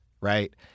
right